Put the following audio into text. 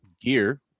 gear